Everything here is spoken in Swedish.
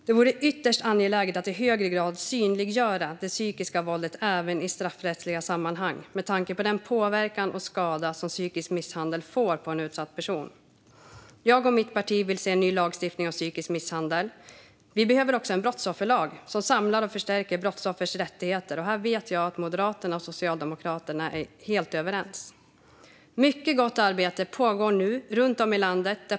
Det vore ytterst angeläget att i högre grad synliggöra det psykiska våldet även i straffrättsliga sammanhang med tanke på den påverkan och skada som psykisk misshandel får på en utsatt person. Jag och mitt parti vill se ny lagstiftning mot psykisk misshandel. Det behövs också en brottsofferlag som samlar och förstärker brottsoffers rättigheter. Jag vet att Moderaterna och Socialdemokraterna är helt överens om det. Nu pågår mycket gott arbete runt om i landet.